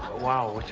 wow,